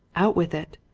out with it!